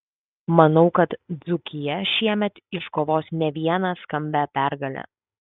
manau kad dzūkija šiemet iškovos ne vieną skambią pergalę